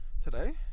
Today